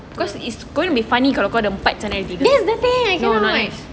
cause it's going to be funny kalau kau ada empat sana ada tiga not nice